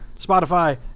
spotify